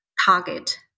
target